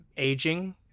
aging